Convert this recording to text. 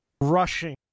rushing